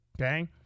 okay